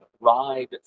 ride